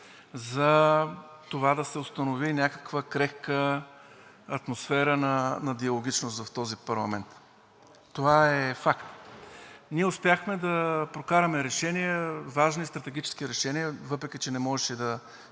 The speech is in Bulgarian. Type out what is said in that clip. за това да се установи някаква крехка атмосфера на диалогичност в този парламент. Това е факт! Ние успяхме да прокараме решения – важни, стратегически решения, въпреки че не можеше и